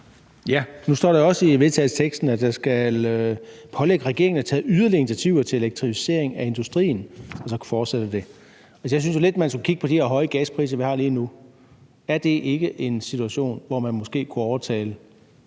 Nu står der jo også i vedtagelsesteksten, at regeringen skal pålægges at tage yderligere initiativer til elektrificering af industrien, og så fortsætter det. Jeg synes jo lidt, man skulle kigge på de her høje gaspriser, vi har lige nu. Er det ikke en situation, hvor man måske kunne overtale